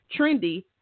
trendy